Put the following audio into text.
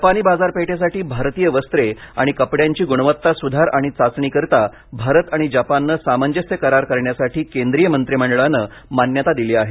जपानी बाजारपेठेसाठी भारतीय वस्त्रे आणि कपड्यांची गुणवत्ता सुधार आणि चाचणीकरिता भारत आणि जपाननं सामंजस्य करार करण्यासाठी केंद्रीय मंत्रीमंडळानं मान्यता दिली आहे